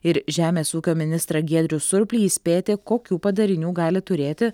ir žemės ūkio ministrą giedrių surplį įspėti kokių padarinių gali turėti